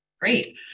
great